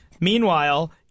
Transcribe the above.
Meanwhile